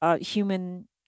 human